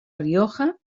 rioja